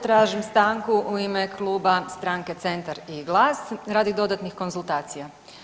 Tražim stanku u ime kluba stranke Centar i GLAS radi dodatnih konzultacija.